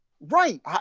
Right